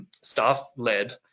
staff-led